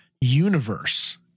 universe